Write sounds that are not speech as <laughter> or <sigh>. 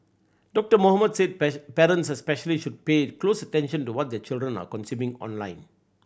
Doctor Mohamed said <unintelligible> parents especially should pay close attention to what their children are consuming online